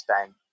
time